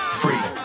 free